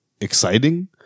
exciting